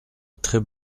très